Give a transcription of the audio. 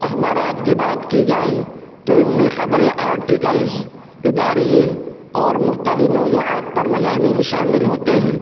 اخبارات کی بات کی جائے تو ان میں خبریں آرٹیکلس اداریے اور مختلف موضوعات پر مضامین شامل ہوتے ہیں